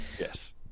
Yes